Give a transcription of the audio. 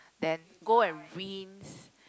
then go and rinse